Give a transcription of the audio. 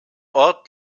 ort